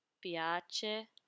piace